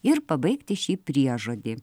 ir pabaigti šį priežodį